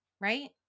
right